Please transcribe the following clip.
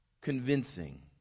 convincing